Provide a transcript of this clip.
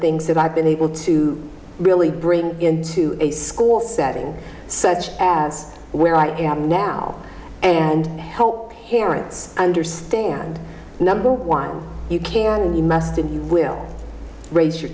things that i've been able to really bring into a school setting such as where i am now and help harrods understand number one you can you must and you will raise your